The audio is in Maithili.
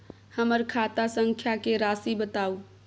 हमर खाता संख्या के राशि बताउ